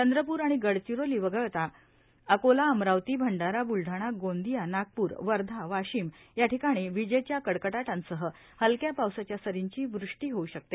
चंद्रपूर आणि गडचिरोली वगळता अकोला अमरावती भंडारा बुलढाणा गोंदिया नागपूर वर्धा वाशिम या ठिकाणी विजेच्या कडकडाटांसह हलक्या पावसाच्या सरींची व्र टी होऊ कते